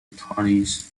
attorneys